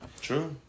True